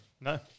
No